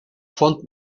font